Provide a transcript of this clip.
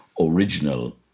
original